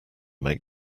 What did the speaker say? make